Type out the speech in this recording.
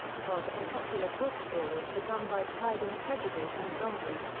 part of the popular book series begun by pride and prejudice and zombies,